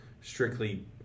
strictly